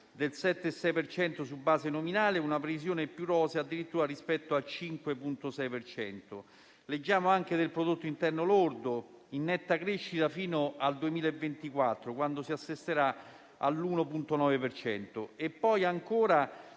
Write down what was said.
per cento su base nominale e una previsione più rosea addirittura rispetto al 5,6 per cento. Leggiamo anche del prodotto interno lordo in netta crescita fino al 2024, quando si attesterà all'1,9